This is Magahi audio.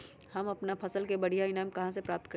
हम अपन फसल से बढ़िया ईनाम कहाँ से प्राप्त करी?